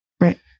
Right